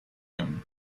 him